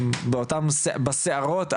בסערות,